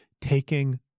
taking